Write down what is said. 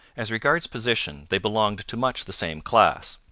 as regards position they belonged to much the same class.